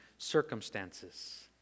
Circumstances